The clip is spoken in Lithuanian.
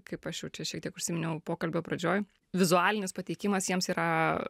kaip aš jau čia šiek tiek užsiminiau pokalbio pradžioj vizualinis pateikimas jiems yra